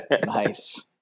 Nice